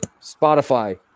Spotify